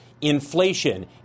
inflation